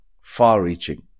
far-reaching